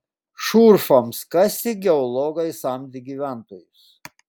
šurfams kasti geologai samdė gyventojus